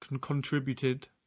contributed